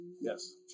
Yes